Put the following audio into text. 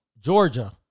Georgia